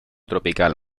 tropical